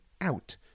out